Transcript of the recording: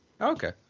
Okay